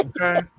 Okay